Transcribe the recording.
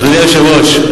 אדוני היושב-ראש,